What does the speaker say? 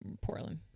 Portland